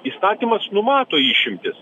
įstatymas numato išimtis